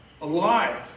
Alive